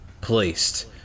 placed